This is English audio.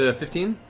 ah fifteen?